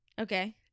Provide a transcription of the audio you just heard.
Okay